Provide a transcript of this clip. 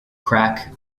crack